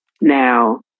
Now